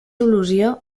il·lusió